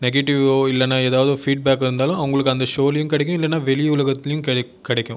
நெகட்டிவ்வோ இல்லைனா ஏதாவது ஃபீட்பேக் இருந்தாலும் அவங்களுக்கு அந்த ஷோலியும் கிடைக்கும் இல்லைனா வெளி உலகத்திலேயும் கிடைக்கும்